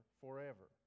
forever